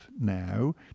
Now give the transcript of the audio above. now